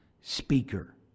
Speaker